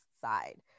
side